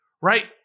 right